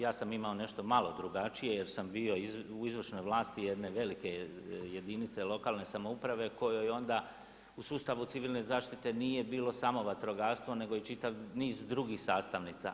Ja sam imao nešto malo drugačije jer sam bio u izvršnoj vlasti jedne velike jedinice lokalne samouprave kojoj onda u sustavu civilne zaštite nije bilo samo vatrogastvo, nego i čitav niz drugih sastavnica.